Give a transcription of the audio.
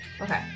Okay